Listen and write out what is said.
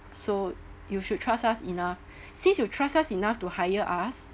so you should trust us enough since you trust us enough to hire us